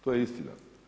To je istina.